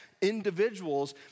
individuals